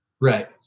right